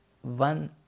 One